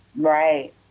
Right